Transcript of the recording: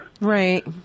right